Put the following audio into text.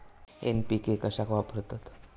NPK कशाक वापरतत?